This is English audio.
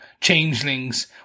changelings